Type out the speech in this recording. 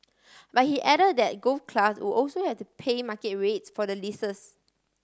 but he add that golf clubs would also has to pay market rates for the leases